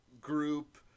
group